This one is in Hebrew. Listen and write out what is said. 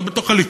לא בתוך הליכוד,